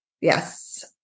Yes